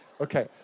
Okay